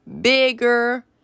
bigger